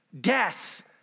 death